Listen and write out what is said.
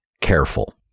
careful